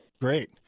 great